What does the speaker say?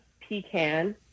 pecan